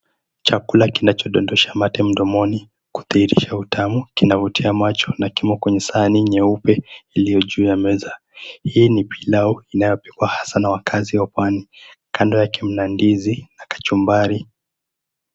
Chakula kinachodondosha mate mdomoni kudhihirisha utamu unavutia macho na kimo kwenye sahani nyeupe iliyo juu ya meza. Hii ni pilau inayopikwa haswa na wakaaji wa pwani. Kando yake mna ndizi na kachumbari.